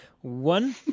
One